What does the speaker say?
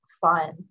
fun